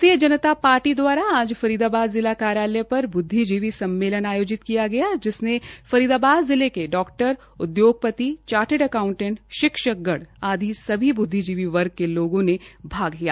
भारतीय जनता पार्टी द्वारा आज फरीदाबाद जिला कार्यालयपर बुद्विजीवी सम्समेलन आयोजित किया गया जिसमें फरीदाबाद जिले के डाक्टर उद्योगपति चार्टर्ड अकाउटंटे शिक्षण गण आदि सभी ब्द्विजीवी वर्ग के लोगों ने भाग लिया